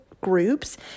groups